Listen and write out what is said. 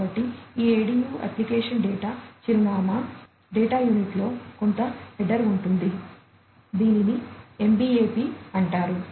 కాబట్టి ఈ ADU application data చిరునామా డేటా యూనిట్లో కొంత హెడర్ ఉంది దీనిని MBAP అంటారు